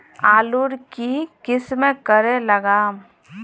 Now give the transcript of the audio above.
आलूर की किसम करे लागम?